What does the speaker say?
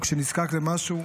וכשנזקק למשהו,